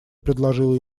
предложила